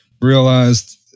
realized